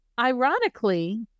ironically